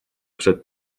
przed